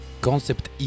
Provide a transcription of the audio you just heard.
concept